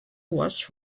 was